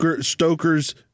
Stoker's